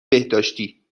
بهداشتی